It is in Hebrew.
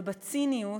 ובציניות,